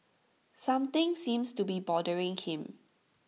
something seems to be bothering him